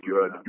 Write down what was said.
Good